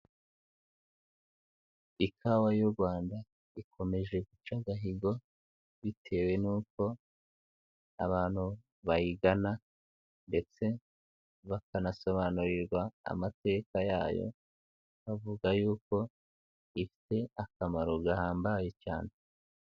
Ikawa y'u Rwanda ikomeje guca agahigo bitewe nuko abantu bayigana ndetse bakanasobanurirwa amateka yayo, bavuga yuko ifite akamaro gahambaye cyane.